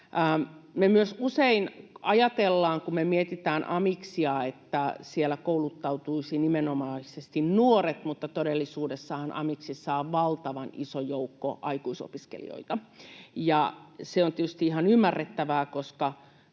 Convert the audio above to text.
Me myös usein ajatellaan, kun me mietitään amiksia, että siellä kouluttautuisi nimenomaisesti nuoret, mutta todellisuudessahan amiksissa on valtavan iso joukko aikuisopiskelijoita. Se on tietysti ihan ymmärrettävää,